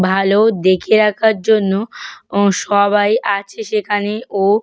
ভালো দেখে রাখার জন্য সবাই আছে সেখানে ও